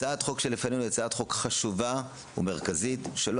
הצעת החוק שלפנינו היא הצעת חוק חשובה ומרכזית - אני לא